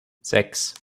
sechs